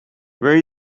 where